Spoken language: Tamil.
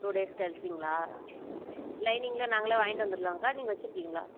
டூ டேஸ் கழிச்சுங்களா இல்லை லைன்னிங்குலாம் நாங்கள் வாங்கிகிட்டு வந்துடலாமாக்கா நீங்கள் வச்சுருக்கீங்களா